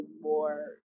more